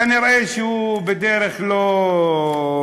כנראה הוא בדרך לא מעודדת,